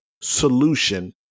solution